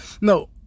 no